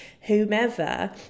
whomever